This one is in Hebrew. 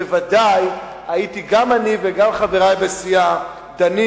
בוודאי גם אני וחברי בסיעה היינו דנים